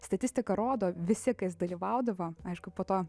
statistika rodo visi kas dalyvaudavo aišku po to